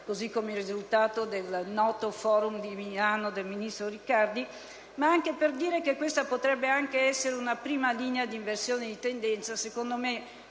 così come il risultato del noto *Forum* di Milano del ministro Riccardi, ma anche per evidenziare che questa potrebbe essere una prima linea d'inversione di tendenza. Secondo me,